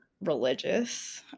religious